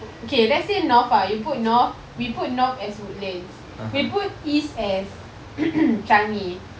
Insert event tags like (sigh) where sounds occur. okay let's say north ah you put north we put north as woodlands we put east as (coughs) changi